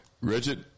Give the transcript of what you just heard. Richard